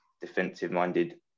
defensive-minded